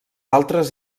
altres